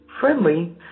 friendly